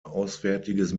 auswärtiges